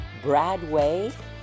Bradway